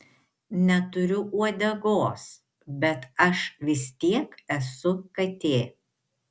neturiu uodegos bet aš vis tiek esu katė